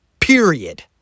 Period